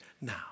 now